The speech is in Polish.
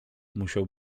musiał